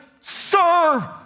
serve